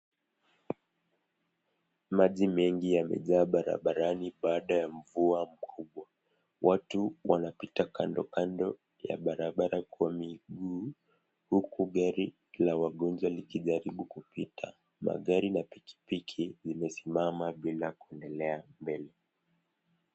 Maji mengi yamejaa barabarani baada ya mvua mkubwa. Watu wanapita kando kando ya barabara kwa miguu huku gari la wagonjwa likijaribu kupita. Magari na pikipiki yamepita bila kuendelea mbele.